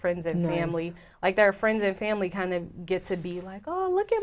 friends and family like their friends and family kind of get to be like oh look at